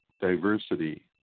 diversity